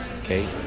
okay